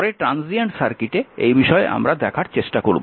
পরে ট্রানজিয়েন্ট সার্কিটে এই বিষয়টি আমরা দেখার চেষ্টা করব